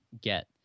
get